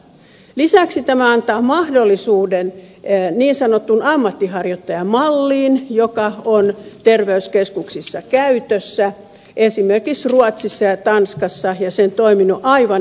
lisäksi tämä antaa mahdollisuuden niin sanottuun ammatinharjoittajamalliin joka on terveyskeskuksissa käytössä esimerkiksi ruotsissa ja tanskassa ja se on toiminut aivan erinomaisesti